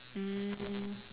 um